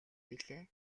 билээ